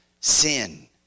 sin